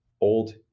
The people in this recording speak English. old